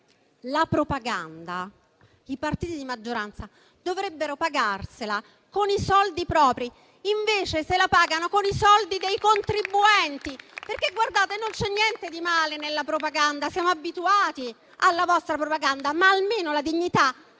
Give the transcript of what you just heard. la propaganda i partiti di maggioranza dovrebbero pagarsela con i soldi propri, e invece se la pagano con i soldi dei contribuenti. Guardate, non c'è niente di male nella propaganda, siamo abituati alla vostra propaganda. Ma almeno abbiate la dignità